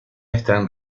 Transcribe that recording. están